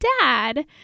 dad